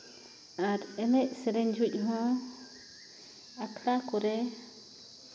ᱟᱨ ᱮᱱᱮᱡ ᱥᱮᱨᱮᱧ ᱡᱚᱦᱚᱜ ᱦᱚᱸ ᱟᱠᱷᱲᱟ ᱠᱚᱨᱮ